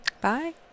Bye